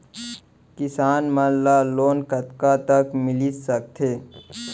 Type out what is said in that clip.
किसान मन ला लोन कतका तक मिलिस सकथे?